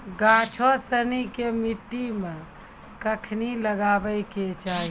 गाछो सिनी के मट्टी मे कखनी लगाबै के चाहि?